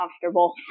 comfortable